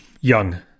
Young